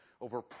over